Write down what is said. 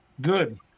Good